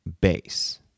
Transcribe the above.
base